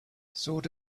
sort